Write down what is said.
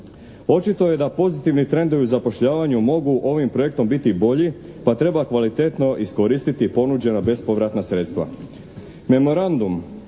Očito je da pozitivni trendovi u zapošljavanju mogu ovim projektom biti bolji pa treba kvalitetno iskoristiti ponuđena bespovratna sredstva.